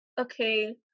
okay